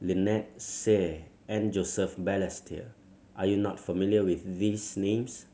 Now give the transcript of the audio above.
Lynnette Seah and Joseph Balestier are you not familiar with these names